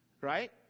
right